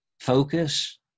focus